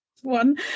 one